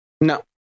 No